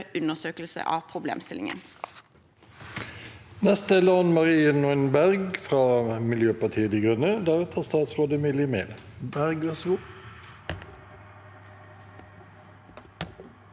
undersøkelse av problemstillingen.